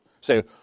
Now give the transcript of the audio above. Say